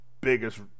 biggest